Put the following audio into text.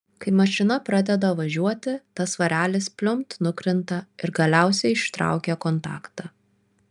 kai mašina pradeda važiuoti tas svarelis pliumpt nukrinta ir galiausiai ištraukia kontaktą